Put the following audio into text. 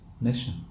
mission